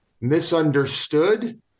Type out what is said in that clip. misunderstood